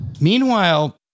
Meanwhile